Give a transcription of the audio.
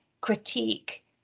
critique